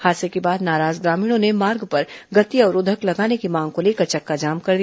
हादसे को बाद नाराज ग्रामीणों ने मार्ग पर गति अवरोधक लगाने की मांग को लेकर चक्काजाम कर दिया